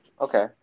Okay